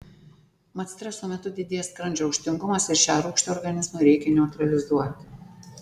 mat streso metu didėja skrandžio rūgštingumas ir šią rūgštį organizmui reikia neutralizuoti